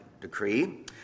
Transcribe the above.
decree